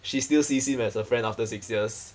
she still sees him as a friend after six years